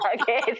Okay